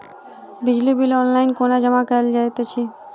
बिजली bill online कोना जमा कएल जाइत अछि?